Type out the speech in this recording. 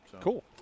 Cool